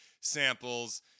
samples